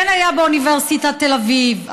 כן היה באוניברסיטת תל אביב,